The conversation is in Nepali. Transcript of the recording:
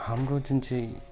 हाम्रो जुन चाहिँ